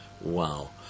Wow